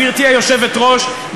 גברתי היושבת-ראש,